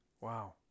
Wow